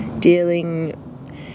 Dealing